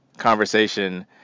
conversation